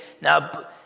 now